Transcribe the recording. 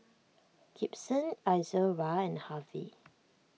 Gibson Izora and Harvy